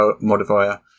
modifier